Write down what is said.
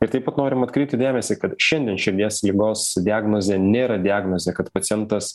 ir taip pat norim atkreipti dėmesį kad šiandien širdies ligos diagnozė nėra diagnozė kad pacientas